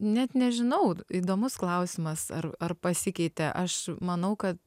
net nežinau įdomus klausimas ar ar pasikeitė aš manau kad